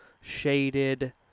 shaded